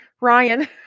Ryan